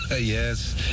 Yes